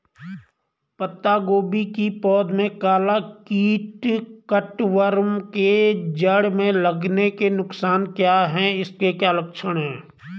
पत्ता गोभी की पौध में काला कीट कट वार्म के जड़ में लगने के नुकसान क्या हैं इसके क्या लक्षण हैं?